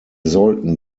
sollten